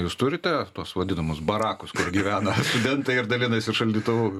jūs turite tuos vadinamus barakus kur gyvena studentai ir dalinasi šaldytuvu